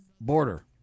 border